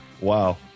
wow